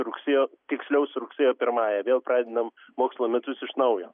rugsėjo tiksliau su rugsėjo pirmąja vėl pradedam mokslo metus iš naujo